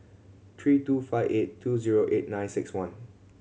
three two five eight two zero eight nine six one